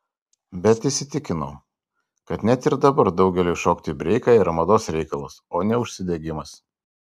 bet įsitikinau kad net ir dabar daugeliui šokti breiką yra mados reikalas o ne užsidegimas